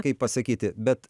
kaip pasakyti bet